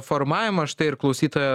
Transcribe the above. formavimą štai ir klausytoja